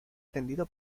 atendida